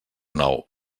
nou